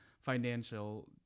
financial